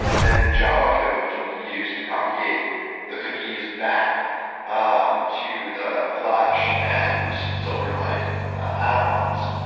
then java code can be used to propagate the cookies back um to the flash and silverlight add-ons.